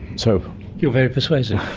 so you're very persuasive.